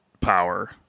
power